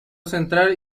central